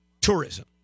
Tourism